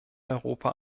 europa